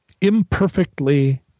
imperfectly